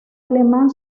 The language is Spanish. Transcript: alemán